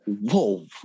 whoa